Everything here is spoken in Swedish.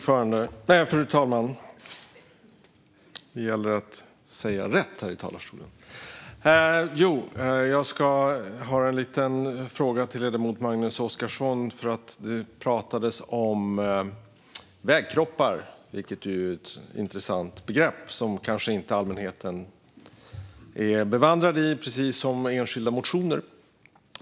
Fru talman! Jag har en fråga till ledamoten Magnus Oscarsson. Det pratades om vägkroppar, vilket är ett intressant begrepp som allmänheten kanske inte är bevandrad i, precis som när det gäller enskilda motioner.